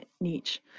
niche